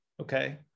Okay